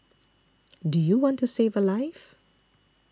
do you want to save a life